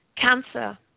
cancer